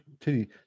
Titty